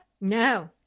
No